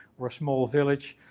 or a small village,